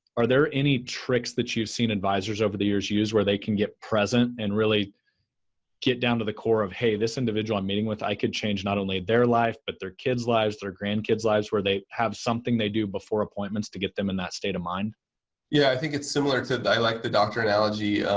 are there any tricks that you've seen advisors over the years use where they can get present and really get down to the core of, hey, this individual i'm meeting with i could change not only their life but their kids' lives, their grandkids lives where they have something they do before appointments to get them in that state of mind? carl yeah. i think it's similar to i like the doctor analogy